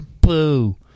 Boo